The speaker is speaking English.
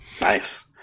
Nice